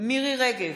מירי מרים רגב,